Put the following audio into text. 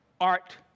art